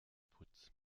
putz